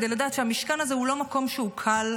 כדי לדעת שהמשכן הזה הוא לא מקום קל.